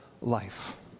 life